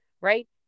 right